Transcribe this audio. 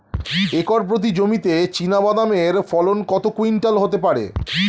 Acre প্রতি জমিতে চীনাবাদাম এর ফলন কত কুইন্টাল হতে পারে?